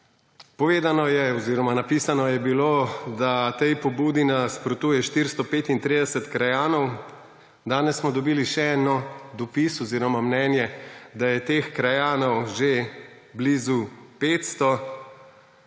nove občine nasprotuje. Napisano je bilo, da tej pobudi nasprotuje 435 krajanov. Danes smo dobili še en dopis oziroma mnenje, da je teh krajanov že blizu 500.